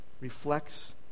reflects